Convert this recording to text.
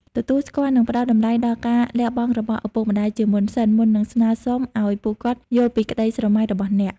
ទទួលស្គាល់ និងផ្តល់តម្លៃដល់ការលះបង់របស់ឪពុកម្តាយជាមុនសិន មុននឹងស្នើសុំឱ្យពួកគាត់យល់ពីក្តីស្រមៃរបស់អ្នក។